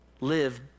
live